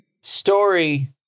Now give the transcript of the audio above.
story